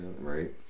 Right